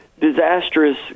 disastrous